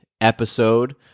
episode